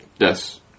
Yes